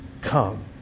come